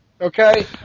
Okay